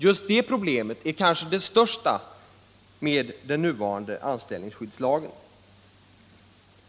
Just det problemet är kanske det största med den nuvarande anställningsskyddslagen.